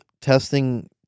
testing